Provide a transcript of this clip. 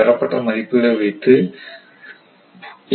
பெறப்பட்ட மதிப்புகளை வைத்து கணக்கிடலாம்